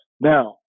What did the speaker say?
Now